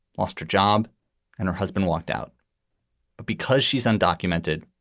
lost her job and her husband walked out but because she's undocumented.